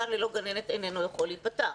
גן ללא גננת איננו יכול להיפתח.